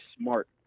smart